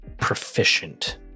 proficient